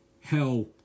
hell